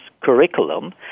curriculum